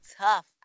tough